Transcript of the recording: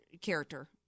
character